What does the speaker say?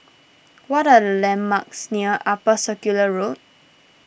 what are the landmarks near Upper Circular Road